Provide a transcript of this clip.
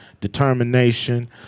determination